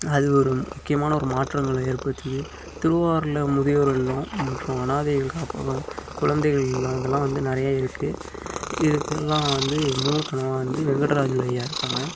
அது ஒரு முக்கியமான ஒரு மாற்றங்களை ஏற்படுத்துது திருவாரூரில் முதியோர் இல்லம் மற்றும் அனாதைகள் காப்பகம் குழந்தைகள் இல்லம் இதெல்லாம் வந்து நிறைய இருக்குது இதுக்கெல்லாம் வந்து மூலதனமாக வந்து வெங்கடராஜல் ஐயா இருக்காங்க